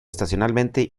estacionalmente